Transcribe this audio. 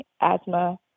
asthma